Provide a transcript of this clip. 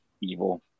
evil